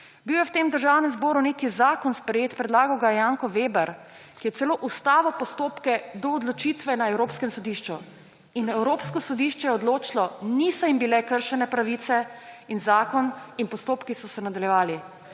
zavrnjeni. V Državnem zboru je bil sprejet zakon, predlagal ga je Janko Veber, ki je celo ustavil postopke do odločitve na Evropskem sodišču. In Evropsko sodišče je odločilo, da jim niso bile kršene pravice in zakon in postopki so se nadaljevali.